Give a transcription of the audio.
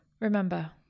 Remember